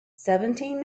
seventeen